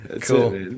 cool